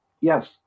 Yes